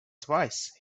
twice